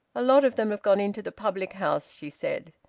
a lot of them have gone into the public-house, she said.